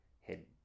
head